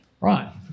Right